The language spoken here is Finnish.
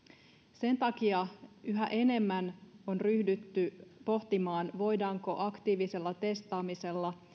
sen takia yhä enemmän on ryhdytty pohtimaan voidaanko aktiivisella testaamisella